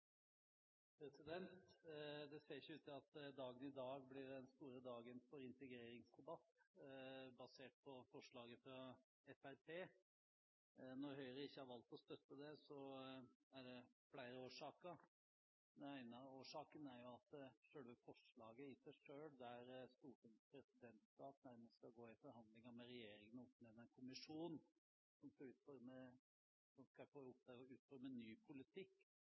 Det ser ikke ut til at dagen i dag blir den store dagen for integreringsdebatt, basert på forslaget fra Fremskrittspartiet. Det er flere årsaker til at Høyre ikke har valgt å støtte det. Den ene årsaken er at forslaget i seg selv – der Stortingets presidentskap nærmest skal gå i forhandlinger med regjeringen om å oppnevne en kommisjon som skal få i oppdrag å utforme en ny politikk